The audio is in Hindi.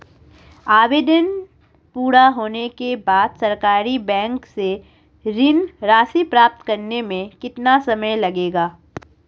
आवेदन पूरा होने के बाद सरकारी बैंक से ऋण राशि प्राप्त करने में कितना समय लगेगा?